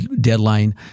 deadline